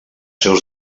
seus